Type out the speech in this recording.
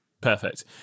perfect